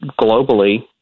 globally